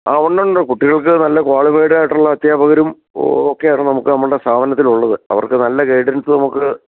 ആ ഉണ്ട് ഉണ്ട് കുട്ടികൾക്ക് നല്ല ക്വാളിഫൈഡായിട്ടുള്ള അദ്ധ്യാപകരും ഒക്കെയാണ് നമുക്ക് നമ്മളുടെ സ്ഥാപനത്തിൽ ഉള്ളത് അവർക്ക് നല്ല ഗൈഡൻസ് നമുക്ക്